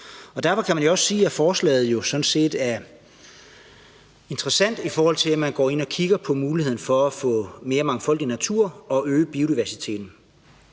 Og derfor kan man jo også sige, at forslaget sådan set er interessant, i forhold til man går ind og kigger på muligheden for at få mere mangfoldig natur og øge biodiversiteten.